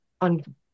on